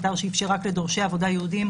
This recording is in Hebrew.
אתר שאפשר רק לדורשי עבודה יהודיים,